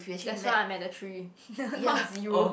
that's why I'm at the three not zero